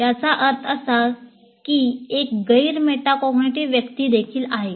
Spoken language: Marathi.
याचा अर्थ असा की एक गैर मेटाकॅग्निटिव्ह व्यक्ती देखील असू शकते